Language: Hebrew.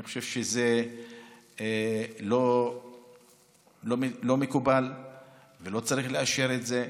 אני חושב שזה לא מקובל ולא צריך לאשר את זה.